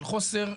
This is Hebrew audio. של חוסר,